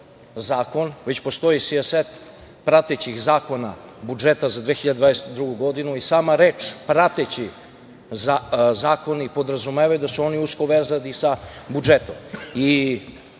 zakon, već postoji sjaset pratećih zakona budžeta za 2022. godinu. Sama reč „prateći“ zakoni podrazumevaju da su oni usko vezani sa budžetom.